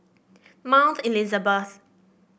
Mount Elizabeth